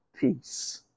peace